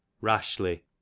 Rashly